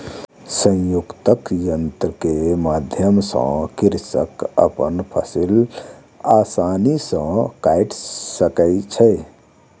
संयुक्तक यन्त्र के माध्यम सॅ कृषक अपन फसिल आसानी सॅ काइट सकै छै